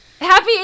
Happy